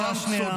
-- רוב העם צודק,